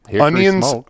onions